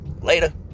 Later